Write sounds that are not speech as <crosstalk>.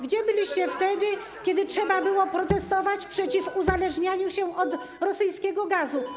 Gdzie byliście, <noise> kiedy trzeba było protestować przeciw uzależnianiu się od rosyjskiego gazu?